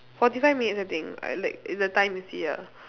forty five minutes I think I like the time you see ah